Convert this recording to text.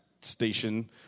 station